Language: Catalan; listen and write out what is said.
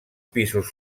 pisos